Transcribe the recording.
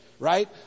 Right